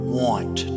want